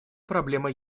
проблемы